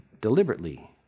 deliberately